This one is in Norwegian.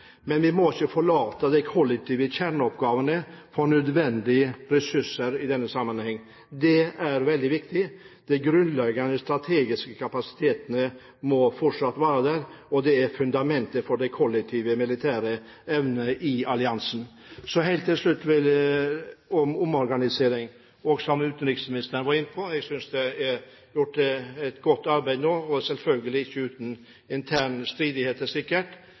Men vi må ikke forlate de kollektive kjerneoppgavene og nødvendige ressurser i denne sammenheng. Det er veldig viktig. De grunnleggende strategiske kapasitetene må fortsatt være der. Det er fundamentet for den kollektive militære evnen i alliansen. Så helt til slutt om omorganisering, som utenriksministeren var inne på. Jeg synes det er gjort et godt arbeid, selvfølgelig ikke uten interne stridigheter,